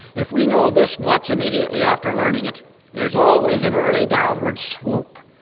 if we know this much immediately after learning it there's always an early downward swoop,